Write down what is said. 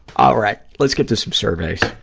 ah right, let's get to some surveys.